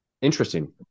Interesting